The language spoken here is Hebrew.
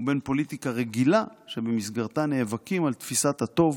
ובין פוליטיקה רגילה שבמסגרתה נאבקים על תפיסת הטוב